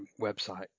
website